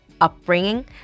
upbringing